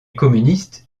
communistes